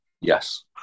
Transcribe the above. Yes